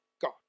God